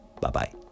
Bye-bye